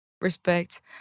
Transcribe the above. Respect